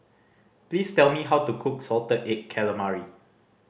please tell me how to cook salted egg calamari